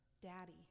Daddy